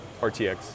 RTX